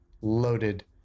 loaded